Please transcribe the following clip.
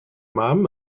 mam